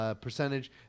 percentage